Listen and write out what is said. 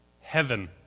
Heaven